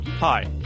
Hi